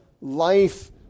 life